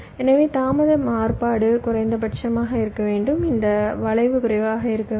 எனவே தாமத மாறுபாடு குறைந்தபட்சமாக இருக்க வேண்டும் இந்த வளைவு குறைவாக இருக்க வேண்டும்